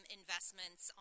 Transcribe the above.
investments